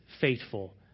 faithful